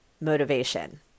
motivation